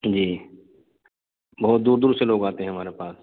جی بہت دور دور سے لوگ آتے ہیں ہمارے پاس